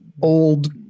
old